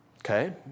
Okay